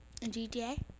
GTA